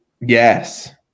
Yes